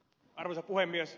arvoisa puhemies